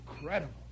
Incredible